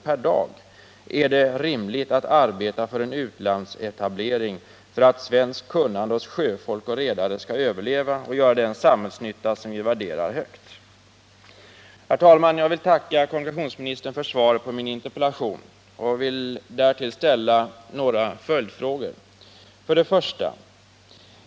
per dag, är det rimligt att arbeta för en utlandsetablering, så att svenskt kunnande hos sjöfolk och redare kan överleva och göra den samhällsnytta som vi värderar så högt. Herr talman! Jag vill än en gång tacka kommunikationsministern för svaret på min interpellation, och jag vill också ställa ett par följdfrågor: 1.